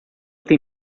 tem